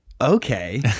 Okay